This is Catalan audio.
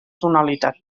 tonalitat